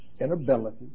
inability